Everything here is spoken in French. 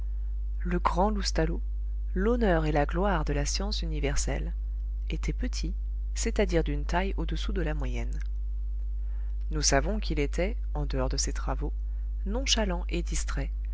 le grand loustalot l'honneur et la gloire de la science universelle était petit c'est-à-dire d'une taille au-dessous de la moyenne nous savons qu'il était en dehors de ses travaux nonchalant et distrait